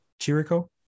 Chirico